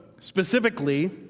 Specifically